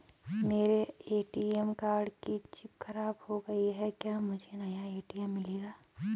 मेरे ATM card की chip खराब हो गयी है क्या मुझे नया ए.टी.एम मिलेगा?